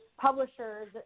publishers